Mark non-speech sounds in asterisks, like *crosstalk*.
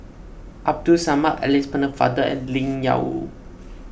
Abdul Samad Alice Pennefather and *unintelligible*